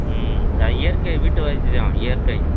ம் இயற்கை வீட்டு வைத்தியம் இயற்கை